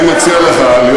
השר שמיר, תן